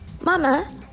mama